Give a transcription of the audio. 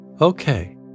Okay